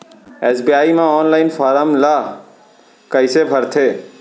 SBI म online form ल कइसे भरथे?